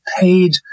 paid